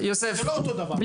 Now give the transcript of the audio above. מה לעשות,